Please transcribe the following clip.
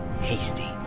hasty